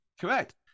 Correct